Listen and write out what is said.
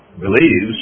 believes